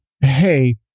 hey